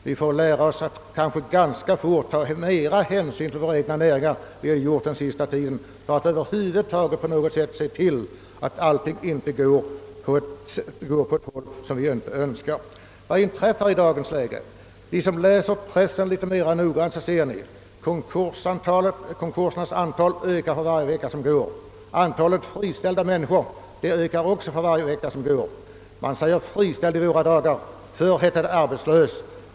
Vi får nog ganska fort lära oss att ta mera hänsyn till våra egna näringar än vi gjort den senaste tiden. Vad inträffar i dagens läge? De som läser pressen litet mera noggrant ser att antalet konkurser ökar för varje vecka, liksom också antalet friställda människor. Man säger friställd i våra dagar — förr hette det arbetslös.